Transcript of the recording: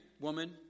woman